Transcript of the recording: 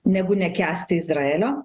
negu nekęsti izraelio